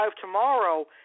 tomorrow